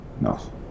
No